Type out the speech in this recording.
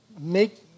make